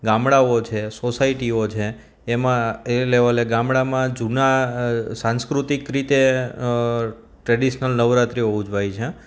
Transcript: ગામડાઓ છે સોસાયટીઓ છે એમાં એ લેવલે ગામડામાં જુના સાંસ્કૃતિક રીતે ટ્રેડિશનલ નવરાત્રીઓ ઉજવાય છે